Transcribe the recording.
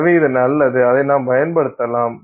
எனவே இது நல்லது அதை நாம் பயன்படுத்தலாம்